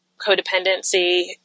codependency